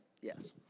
yes